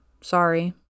Sorry